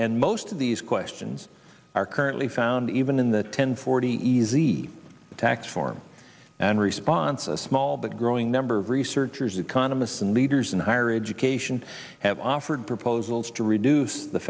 and most of these questions are currently found even in the ten forty easy to tax form and response a small but growing number of researchers economists and leaders in higher education have offered proposals to reduce the